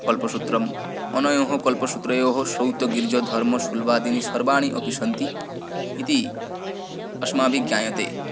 कल्पसूत्रम् अनयोः कल्पसूत्रयोः श्रौत गिर्ज धर्म शुल्वादीनि सर्वाणि अपि सन्ति इति अस्माभिः ज्ञायते